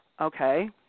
Okay